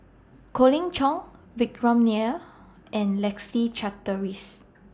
Colin Cheong Vikram Nair and Leslie Charteris